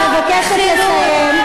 אני מבקשת לסיים.